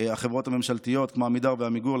החברות הממשלתיות כמו עמידר ועמיגור,